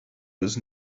was